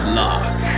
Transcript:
luck